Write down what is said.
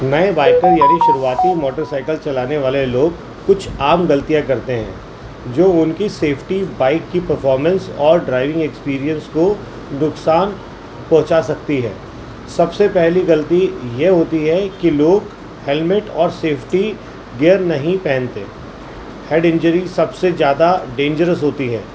نئے بائکر یعنی شروعاتی موٹر سائیکل چلانے والے لوگ کچھ عام غلطیاں کرتے ہیں جو ان کی سیفٹی بائک کی پرفارمنس اور ڈرائیونگ ایکسپریئنس کو نقصان پہنچا سکتی ہے سب سے پہلی غلطی یہ ہوتی ہے کہ لوگ ہیلمیٹ اور سیفٹی گیئر نہیں پہنتے ہیڈ انجری سب سے زیادہ ڈینجرس ہوتی ہے